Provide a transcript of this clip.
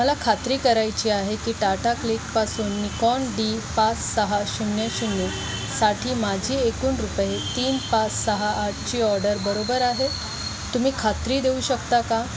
मला खात्री करायची आहे की टाटा क्लिकपासून निकॉन डी पाच सहा शून्य शून्यसाठी माझी एकूण रुपये तीन पाच सहा आठची ऑर्डर बरोबर आहे तुम्ही खात्री देऊ शकता का